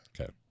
Okay